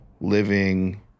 living